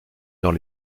dans